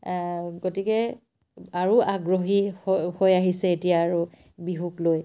গতিকে আৰু আগ্ৰহী হৈ আহিছে এতিয়া আৰু বিহুক লৈ